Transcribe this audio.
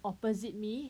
opposite me